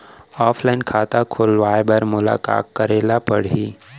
Offline खाता खोलवाय बर मोला का करे ल परही?